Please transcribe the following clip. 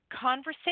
Conversation